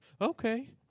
Okay